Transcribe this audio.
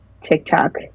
TikTok